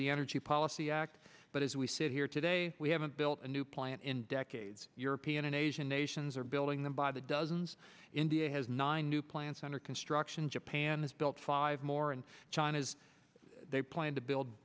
the energy policy act but as we sit here today we haven't built a new plant in decades european and asian nations are building them by the dozens india has nine new plants under construction japan has built five more and china is they plan to build